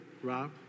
Rob